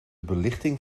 belichting